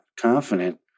confident